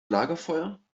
lagerfeuer